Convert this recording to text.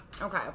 Okay